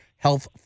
Health